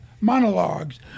monologues